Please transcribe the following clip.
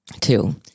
Two